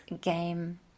game